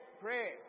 pray